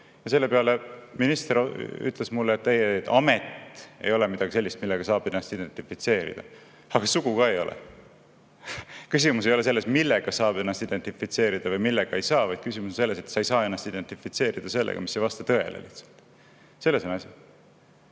Ja selle peale minister ütles mulle, et amet ei ole midagi sellist, millega saab ennast identifitseerida. Aga sugu ka ei ole. Küsimus ei ole selles, millega saab ennast identifitseerida ja millega ei saa, vaid küsimus on selles, et sa ei saa ennast identifitseerida sellega, mis lihtsalt ei vasta tõele. Selles on